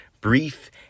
brief